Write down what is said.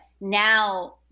now